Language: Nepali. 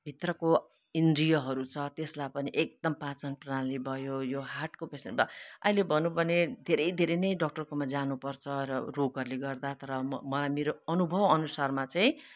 भित्रको इन्द्रियहरू छ त्यसलाई पनि एकदम पाचन प्रणाली भयो यो हार्टको पेसेन्ट भयो अहिले भनुँ भने धेरै धेरै नै डक्टरकोमा जानु पर्छ र रोगहरूले गर्दा तर म मलाई मेरो अनुभव अनुसारमा चाहिँ